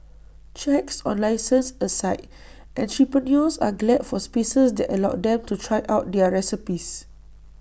checks on licences aside entrepreneurs are glad for spaces that allow them to try out their recipes